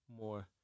more